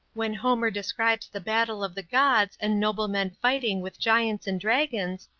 when homer describes the battle of the gods and noble men fighting with giants and dragons,